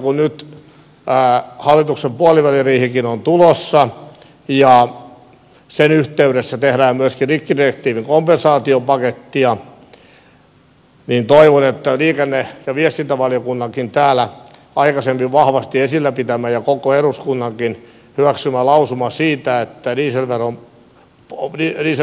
kun nyt hallituksen puoliväliriihikin on tulossa ja sen yhteydessä tehdään myöskin rikkidirektiivin kompensaatiopakettia niin toivon että liikenne ja viestintävaliokunnankin täällä aikaisemmin vahvasti esillä pitämää ja koko eduskunnankin hyväksymää lausumaa diesel